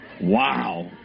Wow